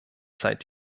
seit